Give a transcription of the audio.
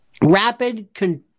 rapid